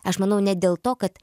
aš manau ne dėl to kad